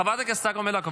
חברת הכנסת צגה מלקו,